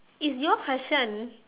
it's your question